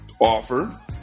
offer